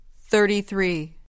Thirty-three